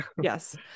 Yes